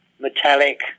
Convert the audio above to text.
metallic